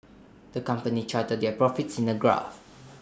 the company charted their profits in A graph